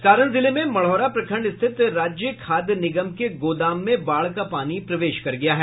सारण जिले में मढौरा प्रखंड स्थित राज्य खाद्य निगम के गोदाम में बाढ़ का पानी प्रवेश कर गया है